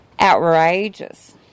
outrageous